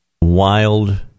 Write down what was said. wild